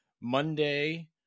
Monday